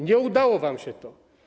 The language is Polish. Nie udało wam się to.